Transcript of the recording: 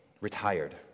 retired